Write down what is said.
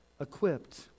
equipped